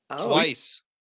twice